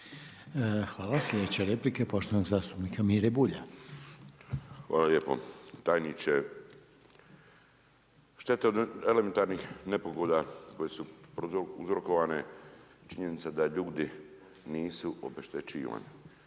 Hvala. Sljedeća replika poštovanog zastupnika Mire Bulja. **Bulj, Miro (MOST)** Hvala lijepo. Tajniče, šteta od elementarnih nepogoda koje su uzrokovane je činjenica da ljudi nisu obeštećivani,